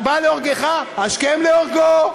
הבא להורגך השכם להורגו.